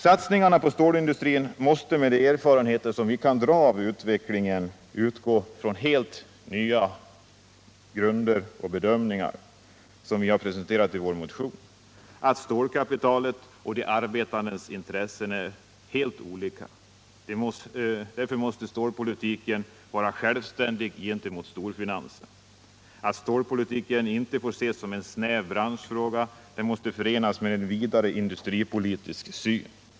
Satsningarna på stålindustrin måste med de erfarenheter man kan få av utvecklingen utgå från helt nya grunder och bedömningar, som vi har presenterat i vår motion. Stålkapitalets och de arbetandes intressen är fundamentalt olika. Därför måste stålpolitiken vara självständig gentemot storfinansen. Stålpolitiken får inte ses som en snäv branschfråga. Den måste förenas med en vidare industripolitisk syn.